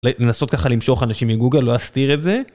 לנסות ככה למשוך אנשים מגוגל לא אסתיר את זה.